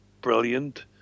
brilliant